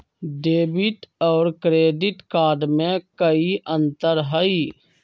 Debit और credit card में कई अंतर हई?